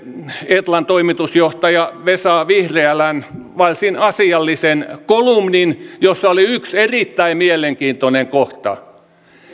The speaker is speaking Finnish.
etlan toimitusjohtajan vesa vihriälän varsin asiallisen kolumnin jossa oli yksi erittäin mielenkiintoinen kohta